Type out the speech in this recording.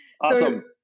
Awesome